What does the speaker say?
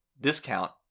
discount